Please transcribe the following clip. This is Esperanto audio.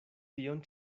tion